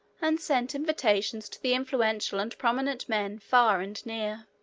and sent invitations to the influential and prominent men far and near.